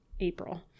April